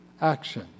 action